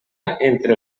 entre